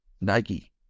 Nike